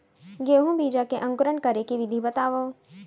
गेहूँ बीजा के अंकुरण करे के विधि बतावव?